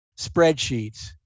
spreadsheets